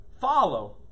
follow